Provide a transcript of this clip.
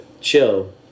chill